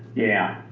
yeah.